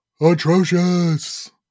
Atrocious